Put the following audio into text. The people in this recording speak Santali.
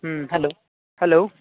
ᱦᱮᱸ ᱦᱮᱞᱳ ᱦᱮᱞᱳ